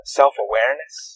self-awareness